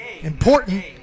Important